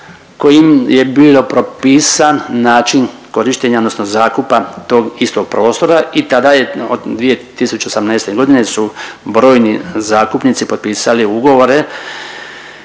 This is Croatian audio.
kojim je bilo propisan način korištenja odnosno zakupa tog istog prostora i tada je, od 2018.g. su brojni zakupnici potpisali ugovore